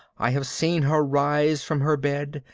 i have seen her rise from her bed,